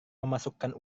memasukkan